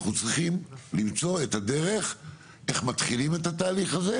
אנחנו צריכים למצוא את הדרך איך מתחילים את התהליך הזה